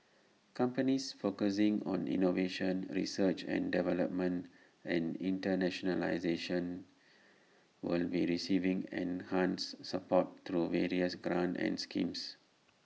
companies focusing on innovation research and development and internationalisation will be receiving enhanced support through various grants and schemes